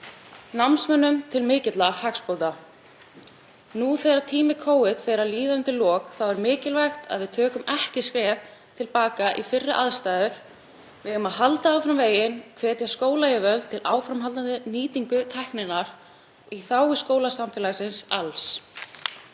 námsmönnum til mikilla hagsbóta. Nú þegar tími Covid fer að líða undir lok þá er mikilvægt að við tökum ekki skref til baka í fyrri aðstæður. Við eigum að halda áfram veginn, hvetja skólayfirvöld til áframhaldandi nýtingar tækni í þágu skólasamfélagsins.